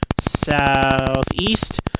Southeast